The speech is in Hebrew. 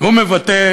הוא מבטא